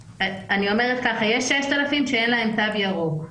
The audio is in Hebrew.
יש 6,000 שאין להם תו ירוק.